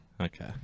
Okay